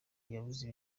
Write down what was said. yabuze